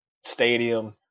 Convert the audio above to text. stadium